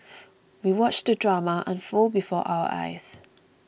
we watched the drama unfold before our eyes